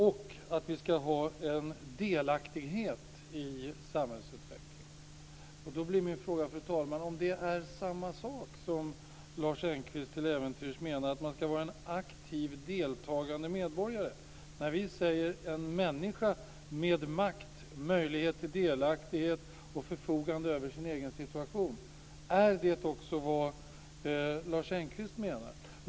Vi ska också ha en delaktighet i samhällsutvecklingen. Min fråga, fru talman, blir då om detta är samma sak som Lars Engqvist till äventyrs menar med att man ska vara en aktiv, deltagande medborgare. När vi säger en människa med makt, möjlighet till delaktighet och förfogande över sin egen situation - är det då också vad Lars Engqvist menar?